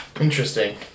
Interesting